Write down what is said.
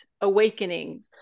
awakening